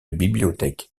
bibliothèque